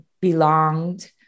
belonged